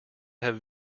have